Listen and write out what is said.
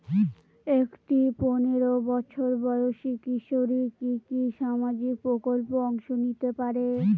একটি পোনেরো বছর বয়সি কিশোরী কি কি সামাজিক প্রকল্পে অংশ নিতে পারে?